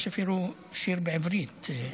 יש אפילו שיר בעברית.